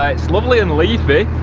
ah it's lovely and leafy